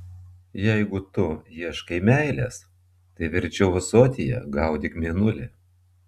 jeigu tu ieškai meilės tai verčiau ąsotyje gaudyk mėnulį